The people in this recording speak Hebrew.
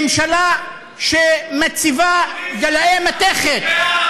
ממשלה שמציבה גלאי מתכת,